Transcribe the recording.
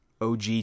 og